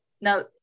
now